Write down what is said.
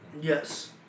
Yes